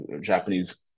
Japanese